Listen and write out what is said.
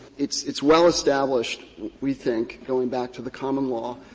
it's it's well established, we think, going back to the common law,